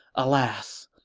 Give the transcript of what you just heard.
alas,